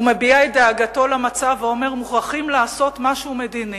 הוא מביע את דאגתו מהמצב ואומר: מוכרחים לעשות משהו מדיני.